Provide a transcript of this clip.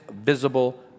visible